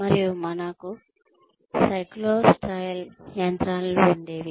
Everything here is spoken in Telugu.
మరియు మనాకు సైక్లోస్టైల్ యంత్రాలను ఉండేవి